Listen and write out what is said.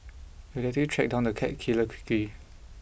the detective tracked down the cat killer quickly